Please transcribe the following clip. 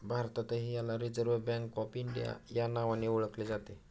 भारतातही याला reserve bank of India या नावाने ओळखले जाते